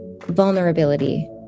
vulnerability